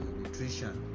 nutrition